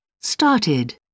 Started